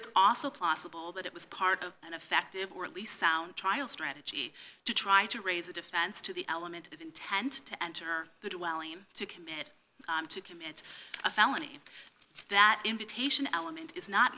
it's also possible that it was part of an effective or at least sound trial strategy to try to raise the defense to the element of intent to enter the dwelling to commit to commit a felony that invitation element is